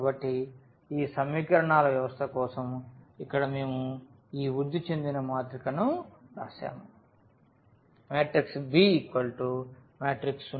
కాబట్టి ఈ సమీకరణాల వ్యవస్థ కోసం ఇక్కడ మేము ఈ వృద్ధి చెందిన మాత్రికను వ్రాసాము